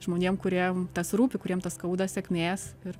žmonėm kuriem tas rūpi kuriem tas skauda sėkmės ir